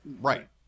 Right